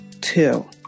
two